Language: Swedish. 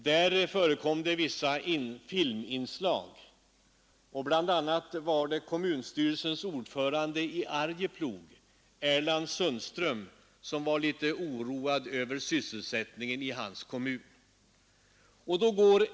Där förekom vissa filminslag, bl.a. fick man se kommunstyrelsens ordförande i Arjeplog, Sigvard Sundström, som var oroad över sysselsättningen i sin kommun.